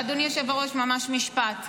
אדוני היושב-ראש, ממש משפט.